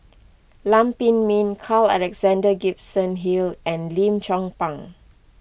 Lam Pin Min Carl Alexander Gibson Hill and Lim Chong Pang